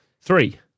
Three